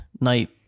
Night